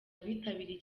abitabiriye